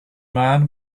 man